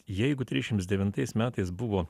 jeigu trisdešimts devintais metais buvo